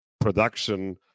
production